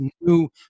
new